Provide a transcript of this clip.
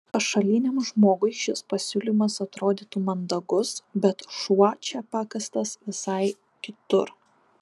pašaliniam žmogui šis pasiūlymas atrodytų mandagus bet šuo čia pakastas visai kitur